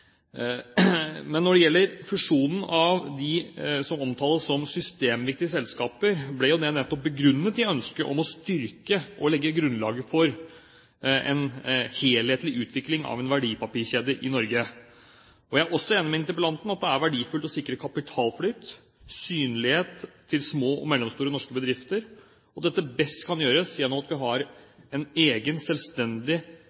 Men når det gjelder fusjonen av dem som omtales som systemviktige selskaper, ble det nettopp begrunnet i ønsket om å styrke – og legge grunnlaget for – en helhetlig utvikling av en verdipapirkjede i Norge. Jeg er også enig med interpellanten i at det er verdifullt å sikre kapitalflyt og synlighet til små og mellomstore norske bedrifter, og at dette best kan gjøres gjennom at vi